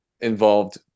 involved